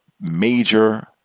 major